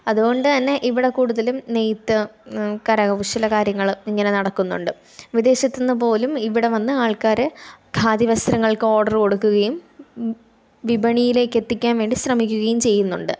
അതുകൊണ്ടു തന്നെ ഇവിടെ കൂടുതലും നെയ്ത്ത് കരകൗശല കാര്യങ്ങള് ഇങ്ങന നടക്കുന്നുണ്ട് വിദേശത്തിന്ന് പോലും ഇവിടെ വന്ന് ആൾക്കാര് ഖാദി വസ്ത്രങ്ങൾക്ക് ഓർഡർ കൊടുക്കുകയും വിപണിയിലേക്ക് എത്തിക്കാന് വേണ്ടി ശ്രമിക്കുകയും ചെയ്യുന്നുണ്ട്